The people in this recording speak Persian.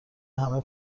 همه